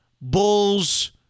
Bulls